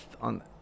on